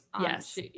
Yes